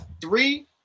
three –